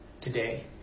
today